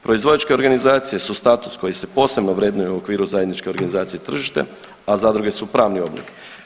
Proizvođačke organizacije su status koji se posebno vrednuje u okviru zajedničke organizacije tržište, a zadruge su pravni oblik.